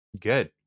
good